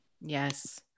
Yes